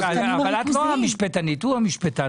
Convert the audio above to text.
אבל את לא המשפטנית., הוא המשפטן.